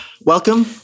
welcome